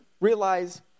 realize